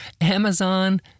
Amazon